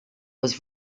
was